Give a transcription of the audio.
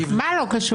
מה לא קשור לעניין?